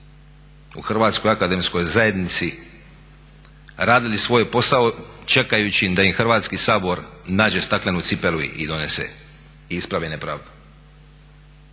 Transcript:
u Hrvatskoj akademskoj zajednici radili svoj posao čekajući da im Hrvatski sabor nađe staklenu cipelu i donese i ispravi nepravdu.